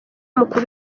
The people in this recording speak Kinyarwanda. mukuru